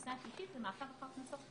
והנושא השלישי זה מעקב אחר קנסות,